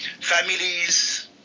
Families